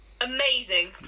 amazing